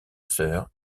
sœurs